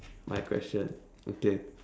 my question okay